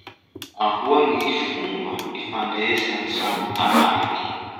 Ahoa gny fomba ifandraesagn'ny samby tabalaky?